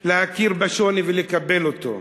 להכיר בשוני ולקבל אותו.